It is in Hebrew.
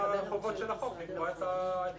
מהחובות של החוק זה לקבוע את המנגנון.